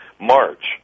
March